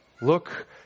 Look